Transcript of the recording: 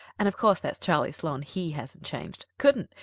and of course that's charlie sloane. he hasn't changed couldn't!